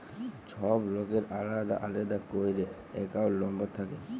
ছব লকের আলেদা আলেদা ক্যইরে একাউল্ট লম্বর থ্যাকে